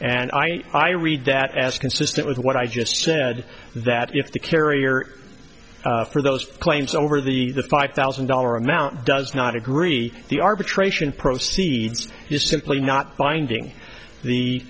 and i i read that as consistent with what i just said that if the carrier for those claims over the five thousand dollar amount does not agree the arbitration proceeds is simply not binding the